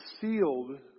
sealed